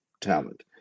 talent